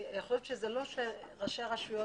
אני חושבת שזה לא שראשי הרשויות,